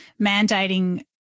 mandating